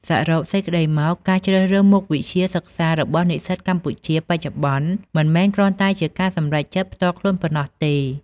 សរុបសេចក្តីមក ការជ្រើសរើសមុខវិជ្ជាសិក្សារបស់និស្សិតកម្ពុជាបច្ចុប្បន្ន មិនមែនគ្រាន់តែជាការសម្រេចចិត្តផ្ទាល់ខ្លួនប៉ុណ្ណោះទេ។